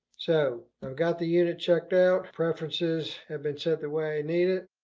so i've got the unit checked out. preferences have been set the way i need it.